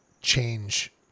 change